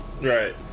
Right